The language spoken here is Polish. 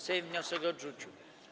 Sejm wniosek odrzucił.